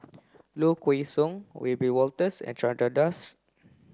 Low Kway Song Wiebe Wolters and Chandra Das